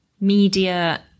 media